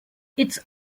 its